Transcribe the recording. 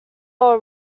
were